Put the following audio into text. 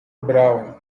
brown